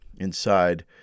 inside